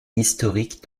historique